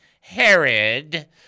Herod